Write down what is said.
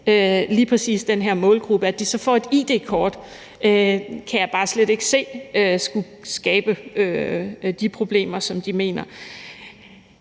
lige præcis den her målgruppe. At de så får et id-kort, kan jeg bare slet ikke se skulle skabe de problemer, som man mener.